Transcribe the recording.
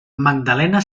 magdalena